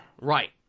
Right